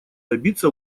добиться